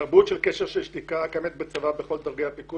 תרבות של קשר שתיקה קיימת בכל דרגי הפיקוד